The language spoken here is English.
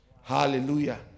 Hallelujah